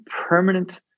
permanent